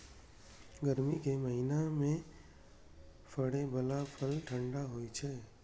गर्मी के महीना मे फड़ै बला फल ठंढा होइ छै